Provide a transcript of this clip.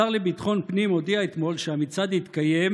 השר לביטחון הפנים הודיע אתמול שהמצעד יתקיים,